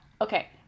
Okay